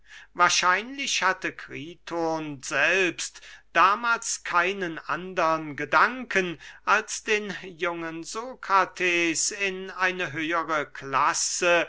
wahrscheinlich hatte kriton selbst damahls keinen andern gedanken als den jungen sokrates in eine höhere klasse